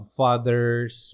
father's